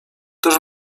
też